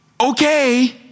Okay